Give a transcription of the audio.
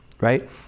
right